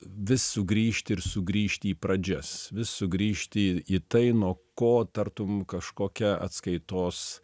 vis sugrįžti ir sugrįžti į pradžias vis sugrįžti į tai nuo ko tartum kažkokia atskaitos